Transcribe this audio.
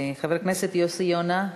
חבר הכנסת יוסי יונה,